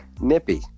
Nippy